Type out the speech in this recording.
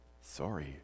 sorry